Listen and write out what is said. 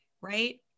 right